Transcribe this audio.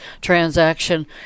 transaction